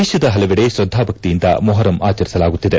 ದೇಶದ ಹಲವೆಡೆ ಶ್ರದ್ಲಾ ಭಕ್ತಿಯಿಂದ ಮೊಹರಂ ಆಚರಿಸಲಾಗುತ್ತಿದೆ